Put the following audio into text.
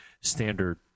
standard